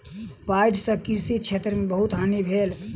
बाइढ़ सॅ कृषि क्षेत्र में बहुत हानि भेल